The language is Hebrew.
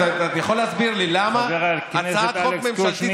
אתה יכול להסביר לי למה הצעת חוק ממשלתית,